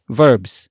verbs